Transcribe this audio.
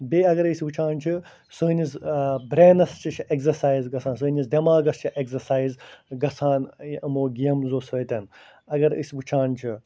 بیٚیہِ اَگر أسۍ وٕچھان چھِ سٲنِس برٛینَس تہِ چھِ اٮ۪گزَسایِز گژھان سٲنِس دٮ۪ماغَس چھِ اٮ۪گزَسایِز گژھان یہِ یِمو گیمزَو سۭتۍ اَگر أسۍ وٕچھان چھِ